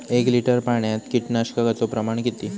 एक लिटर पाणयात कीटकनाशकाचो प्रमाण किती?